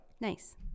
Nice